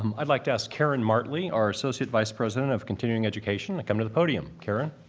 um i'd like to ask karen martley, our associate vice president of continuing education, to come to the podium. karen.